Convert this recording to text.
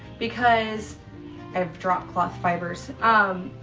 because i have drop cloth fibers um,